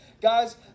Guys